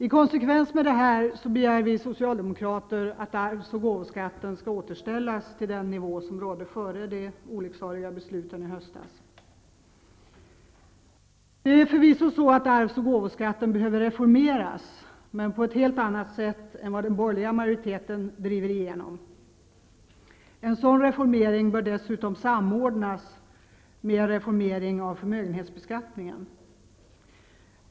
I konsekvens med detta begär vi socialdemokrater att arvs och gåvoskatten skall återställas till den nivå som rådde före de olycksaliga besluten i höstas. Det är förvisso så att arvs och gåvoskatten behöver reformeras men på ett helt annat sätt än vad den borgerliga majoriteten driver igenom. En sådan reformering bör dessutom samordnas med en reformering av förmögenhetsbeskattningen.